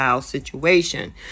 situation